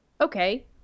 okay